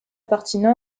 partie